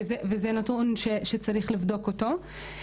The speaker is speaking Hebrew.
וזה נתון שצריך לבדוק אותו.